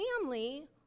family